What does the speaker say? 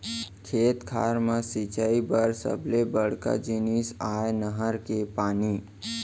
खेत खार म सिंचई बर सबले बड़का जिनिस आय नहर के पानी